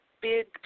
big